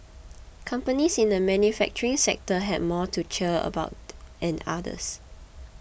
companies in the manufacturing sector had more to cheer about and others